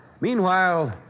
Meanwhile